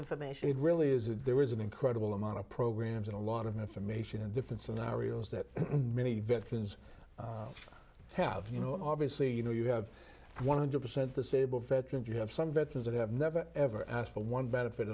information it really is that there is an incredible amount of programs and a lot of information and different scenarios that many veterans have you know obviously you know you have one hundred percent disabled veterans you have some veterans that have never ever asked for one benefit